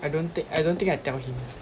I don't think I don't think I tell him